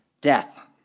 Death